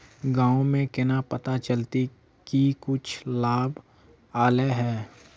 गाँव में केना पता चलता की कुछ लाभ आल है?